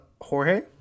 jorge